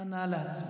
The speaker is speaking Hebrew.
נא להצביע.